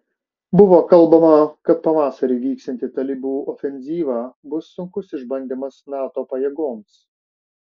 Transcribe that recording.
buvo kalbama kad pavasarį vyksianti talibų ofenzyva bus sunkus išbandymas nato pajėgoms